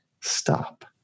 stop